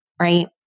right